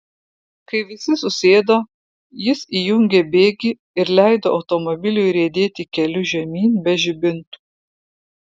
kai visi susėdo jis įjungė bėgį ir leido automobiliui riedėti keliu žemyn be žibintų